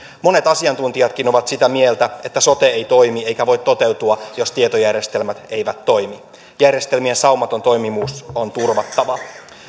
monet asiantuntijatkin ovat sitä mieltä että sote ei toimi eikä voi toteutua jos tietojärjestelmät eivät toimi järjestelmien saumaton toimivuus on turvattava